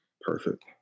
Perfect